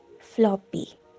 floppy